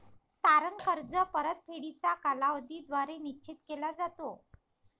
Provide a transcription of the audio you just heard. तारण कर्ज परतफेडीचा कालावधी द्वारे निश्चित केला जातो